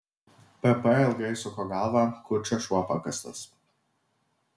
pp ilgai suko galvą kur čia šuo pakastas